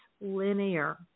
linear